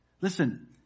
Listen